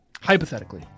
Hypothetically